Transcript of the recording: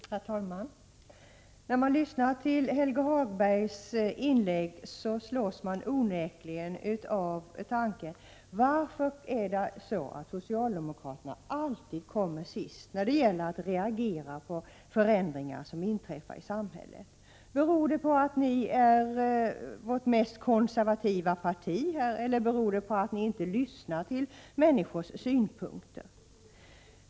Herr talman! När man lyssnar till Helge Hagbergs inlägg slås man av en tanke: Varför kommer socialdemokraterna alltid sist när det gäller att reagera på förändringar som inträffar i samhället? Beror det på att ni är vårt mest konservativa parti, eller beror det på att ni inte lyssnar till människors synpunkter?